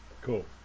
Cool